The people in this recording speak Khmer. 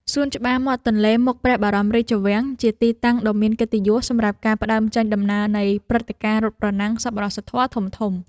សួនច្បារមាត់ទន្លេមុខព្រះបរមរាជវាំង ជាទីតាំងដ៏មានកិត្តិយសសម្រាប់ការផ្ដើមចេញដំណើរនៃព្រឹត្តិការណ៍រត់ប្រណាំងសប្បុរសធម៌ធំៗ។